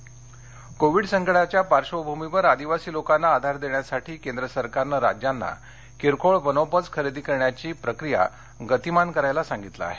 आदिवासी कोविड संकटाच्या पार्श्वभूमीवर आदिवासी लोकांना आधार देण्यासाठी केंद्र सरकारनं राज्यांना किरकोळ वनोपज खरेदी करण्याची प्रक्रिया गतिमान करायला सांगितलं आहे